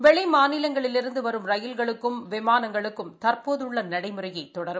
வெளி மாநிலங்களிலிருந்து வரும் ரயில்களுக்கும் விமானங்களுக்கும் தற்போதுள்ள நடைமுறையே தொடரும்